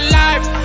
life